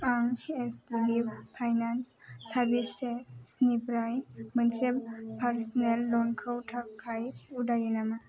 आं HDB finance सार्भिसेसनिफ्राय मोनसे पार्स'नेल ल'नखौ थाखाय उदायो नामा